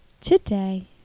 Today